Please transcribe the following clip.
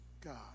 God